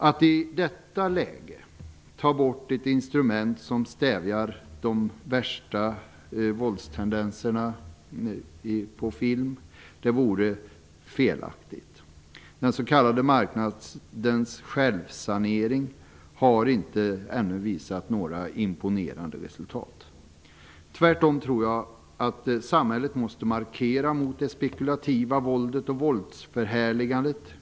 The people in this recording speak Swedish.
Att i detta läge ta bort ett instrument som stävjar de värsta våldstendenserna på film vore felaktigt. Marknadens s.k. självsanering har ännu inte visat några imponerande resultat. Tvärtom tror jag att samhället måste göra en markering mot det spekulativa våldet och våldsförhärligandet.